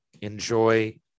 enjoy